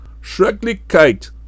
schrecklichkeit